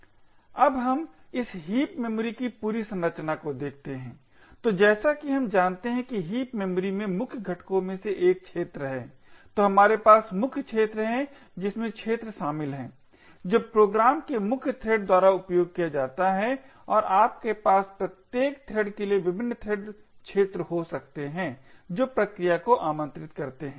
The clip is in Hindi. अब हम इस हीप मेमोरी की पूरी संरचना को देखते हैं तो जैसा कि हम जानते हैं कि हीप मेमोरी में मुख्य घटकों में से एक क्षेत्र है तो हमारे पास मुख्य क्षेत्र है जिसमें क्षेत्र शामिल है जो प्रोग्राम के मुख्य थ्रेड द्वारा उपयोग किया जाता है और आपके पास प्रत्येक थ्रेड के लिए विभिन्न थ्रेड क्षेत्र हो सकते हैं जो प्रक्रिया को आमंत्रित करते है